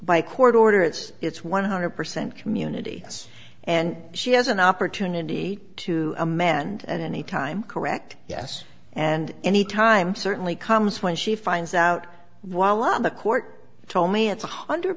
by court order it's it's one hundred percent community yes and she has an opportunity to amanda at any time correct yes and any time certainly comes when she finds out while on the court told me it's one hundred